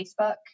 Facebook